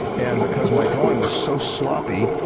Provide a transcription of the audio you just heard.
and because my drawing was so sloppy,